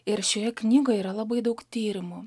ir šioje knygoj yra labai daug tyrimų